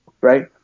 right